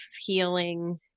healing